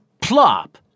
Plop